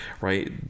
right